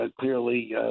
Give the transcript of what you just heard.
clearly